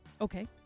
Okay